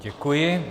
Děkuji.